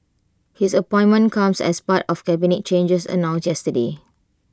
his appointment comes as part of cabinet changes announced yesterday